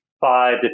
five